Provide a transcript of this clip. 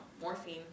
morphine